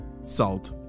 salt